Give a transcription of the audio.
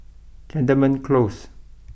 Cantonment close